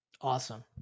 Awesome